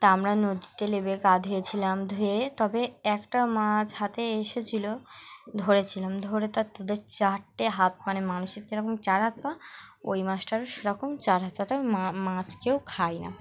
তা আমরা নদীতে নেবে গা ধুয়েছিলাম ধুয়ে তবে একটা মাছ হাতে এসেছিল ধরেছিলাম ধরে তার তোদের চারটে হাত মানে মানুষের যেরকম চার হাত পা ওই মাছট আরও সেরকম চার হাত পাটা মা মাছ কেউ খায় না